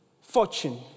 fortune